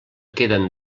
queden